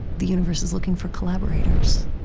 the universe is looking for collaborators,